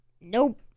Nope